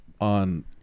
on